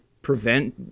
prevent